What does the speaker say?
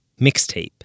Mixtape